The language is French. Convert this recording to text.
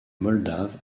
moldave